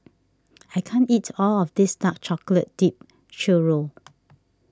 I can't eat all of this Dark Chocolate Dipped Churro